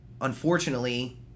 unfortunately